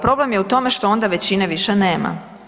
Problem je u tome što onda većine više nema.